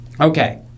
Okay